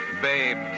Babe